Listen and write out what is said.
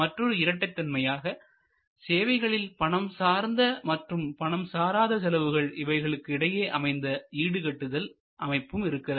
மற்றொரு இரட்டை தன்மையாக சேவைகளில் பணம் சார்ந்த மற்றும் பணம் சாராத செலவுகள் இவைகளுக்கு இடையே அமைந்த ஈடுகட்டுதல் அமைப்பும் இருக்கிறது